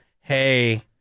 hey